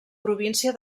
província